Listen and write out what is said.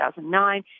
2009